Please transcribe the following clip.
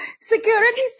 security